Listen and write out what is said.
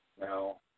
No